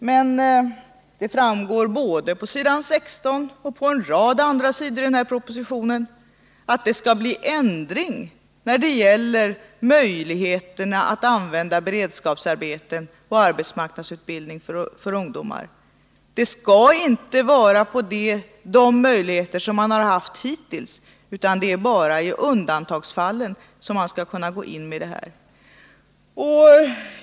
Men det framgår såväl på s. 16 som på en rad andra sidor i propositionen att det skall bli ändring när det gäller möjligheterna att använda beredskapsarbeten och arbetsmarknadsutbildning för ungdomar. De möjligheter som funnits hittills skall inte vara kvar — det är bara i undantagsfall man skall gripa in med de här åtgärderna.